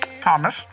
Thomas